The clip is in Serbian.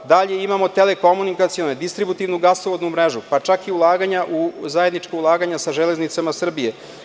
Dalje, imamo telekomunikacione, distributivnu gasovodnu mrežu, pa čak i zajednička ulaganja sa „Železnicama Srbije“